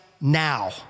now